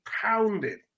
pounded